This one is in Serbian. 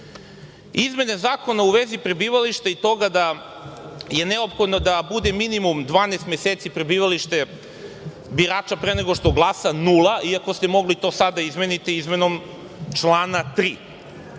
Zakona u vezi prebivališta i toga da je neophodno da bude minimum 12 meseci prebivalište birača pre nego što glasa – nula iako ste mogli to sada da izmenite izmenom člana 3.Za